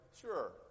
Sure